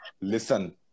Listen